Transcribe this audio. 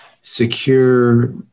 secure